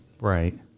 Right